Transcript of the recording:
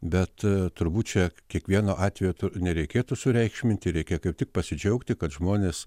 bet turbūt čia kiekvieno atvejo nereikėtų sureikšminti reikia kaip tik pasidžiaugti kad žmonės